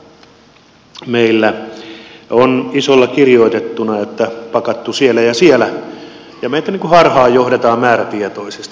meillä on isolla kirjoitettuna että pakattu siellä ja siellä ja meitä johdetaan harhaan määrätietoisesti